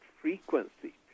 frequency